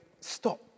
stop